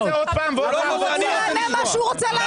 הוא יענה מה שהוא רוצה לענות.